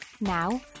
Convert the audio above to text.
Now